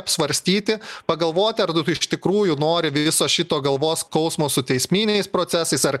apsvarstyti pagalvoti ar tu iš tikrųjų nori viso šito galvos skausmo su teisminiais procesais ar